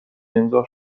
امضا